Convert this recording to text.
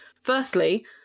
firstly